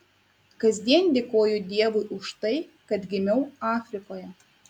kasdien dėkoju dievui už tai kad gimiau afrikoje